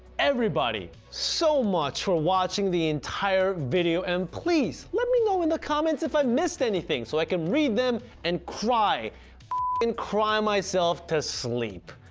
everybody so much for watching the entire video and please let me know in the comments if i missed anything so i can read them and cry. f in cry myself to sleep,